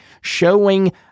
showing